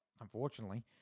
unfortunately